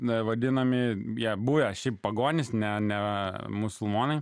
na vadinami jie buvę šiaip pagonys ne ne musulmonai